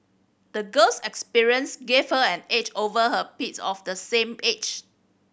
the girl's experience gave her an edge over her peers of the same age